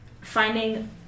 finding